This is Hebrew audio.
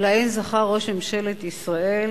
שלהן זכה ראש ממשלת ישראל,